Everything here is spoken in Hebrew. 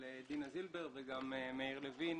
לדינה זילבר וגם למאיר לוין,